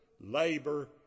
labor